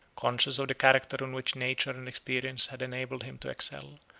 conscious of the character in which nature and experience had enabled him to excel,